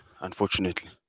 unfortunately